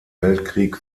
weltkrieg